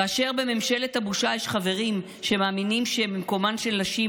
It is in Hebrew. כאשר בממשלת הבושה יש חברים שמאמינים שמקומן של נשים